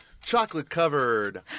chocolate-covered